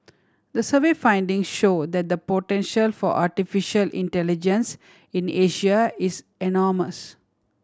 the survey finding show that the potential for artificial intelligence in Asia is enormous